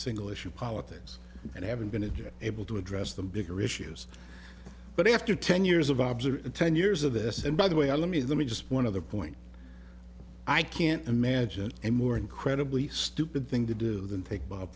single issue politics and i haven't been to jail able to address the bigger issues but after ten years of observation ten years of this and by the way i let me let me just one other point i can't imagine any more incredibly stupid thing to do than take